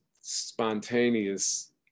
spontaneous